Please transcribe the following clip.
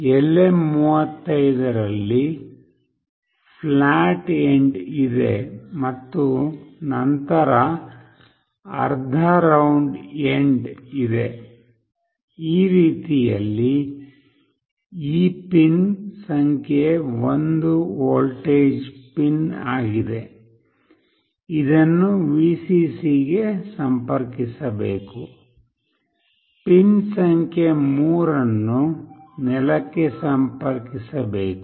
LM35 ರಲ್ಲಿ flat end ಇದೆ ಮತ್ತು ನಂತರ ಅರ್ಧ ರೌಂಡ್ ಎಂಡ್ ಇದೆ ಈ ರೀತಿಯಲ್ಲಿ ಈ ಪಿನ್ ಸಂಖ್ಯೆ 1 ವೋಲ್ಟೇಜ್ ಪಿನ್ ಆಗಿದೆ ಇದನ್ನು Vcc ಗೆ ಸಂಪರ್ಕಿಸಬೇಕು ಪಿನ್ ಸಂಖ್ಯೆ 3 ಅನ್ನು ನೆಲಕ್ಕೆ ಸಂಪರ್ಕಿಸಬೇಕು